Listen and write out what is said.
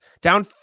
Down